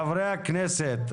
חברי הכנסת,